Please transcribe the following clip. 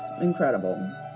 incredible